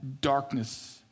darkness